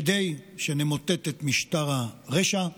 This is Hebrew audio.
כדי שנמוטט את משטר הרשע,